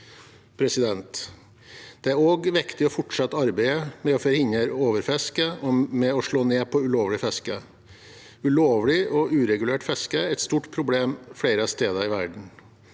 havmiljøet. Det er også viktig å fortsette arbeidet med å forhindre overfiske og slå ned på ulovlig fiske. Ulovlig og uregulert fiske er et stort problem flere steder i verden.